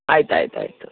ಆಯ್ತು ಆಯ್ತು ಆಯಿತು